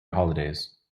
holidays